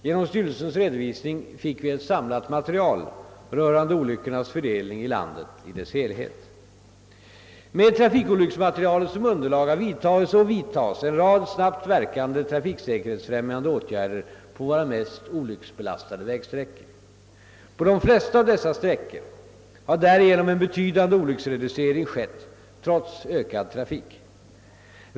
Genom styrelsens redovisning fick vi ett samlat material rörande olyckornas fördelning i landet i dess helhet. Med trafikolycksmaterialet som underlag har vidtagits och vidtas en rad snabbt verkande trafiksäkerhetsfrämjande åtgärder på våra mest olycksbelastade vägsträckor. På de flesta av dessa sträckor har härigenom en betydande olycksreducering skett trots ökad trafik.